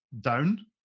down